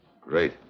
great